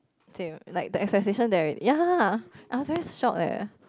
same like the expectation that ya I was very shocked eh